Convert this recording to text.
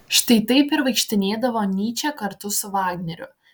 štai taip ir vaikštinėdavo nyčė kartu su vagneriu